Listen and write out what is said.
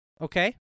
Okay